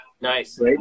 Nice